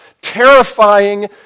terrifying